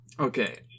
Okay